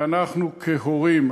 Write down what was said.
ואנחנו כהורים,